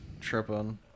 tripping